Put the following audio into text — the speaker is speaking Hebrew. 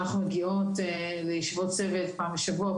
אנחנו מגיעות לישיבות צוות פעם בשבוע או